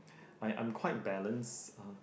I am quite balanced uh